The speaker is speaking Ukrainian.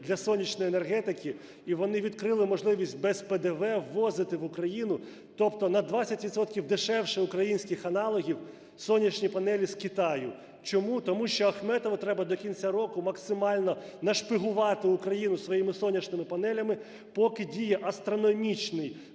для сонячної енергетики. І вони відкрили можливість без ПДВ ввозити в Україну, тобто на 20 відсотків дешевше українських аналогів, сонячні панелі з Китаю. Чому? Тому що Ахметову треба до кінця року максимально нашпигувати Україну своїми сонячними панелями, поки діє астрономічний,